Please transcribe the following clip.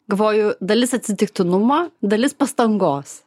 galvoju dalis atsitiktinumo dalis pastangos